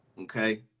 okay